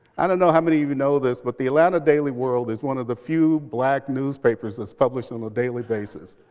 i don't know how many of you know this, but the atlanta daily world is one of the few black newspapers that's published on a daily basis.